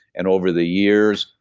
and over the years.